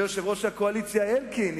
ויושב-ראש הקואליציה אלקין,